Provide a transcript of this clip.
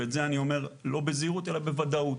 ואת זה אני אומר לא בזהירות אלא בוודאות.